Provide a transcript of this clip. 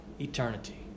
eternity